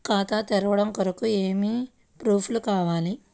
ఖాతా తెరవడం కొరకు ఏమి ప్రూఫ్లు కావాలి?